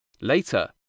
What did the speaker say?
Later